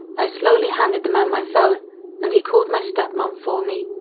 i slowly handed the man my phone and he called my step-mom for me.